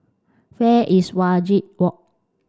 where is Wajek walk